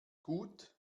gut